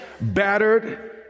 battered